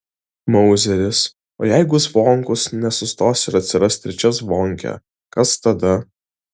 mauzeris o jeigu zvonkus nesustos ir atsiras trečia zvonkė kas tada